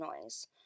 noise